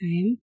time